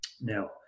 Now